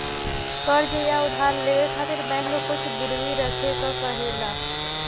कर्ज़ या उधार लेवे खातिर बैंक कुछ गिरवी रखे क कहेला